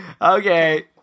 Okay